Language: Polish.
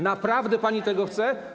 Naprawdę pani tego chce?